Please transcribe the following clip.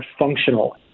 functional